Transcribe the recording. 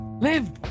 live